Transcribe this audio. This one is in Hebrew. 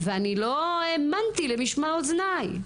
ואני לא האמנתי למשמע אוזניי.